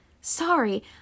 sorry